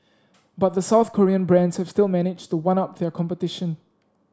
but the South Korean brands have still managed to one up their competition